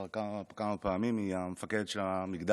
כבר כמה פעמים היא המפקדת של המגדל.